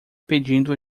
pedindo